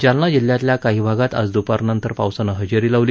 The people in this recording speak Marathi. जालना जिल्ह्यातल्या काही भागात आज द्रपारनंतर पावसानं हजेरी लावली